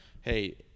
hey